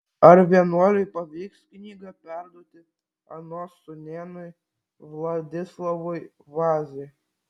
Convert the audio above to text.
ar vienuoliui pavyks knygą perduoti anos sūnėnui vladislovui vazai